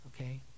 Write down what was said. okay